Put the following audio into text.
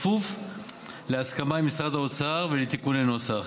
בכפוף להסכמה עם משרד האוצר ולתיקוני נוסח.